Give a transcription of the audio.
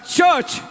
church